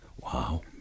Wow